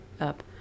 up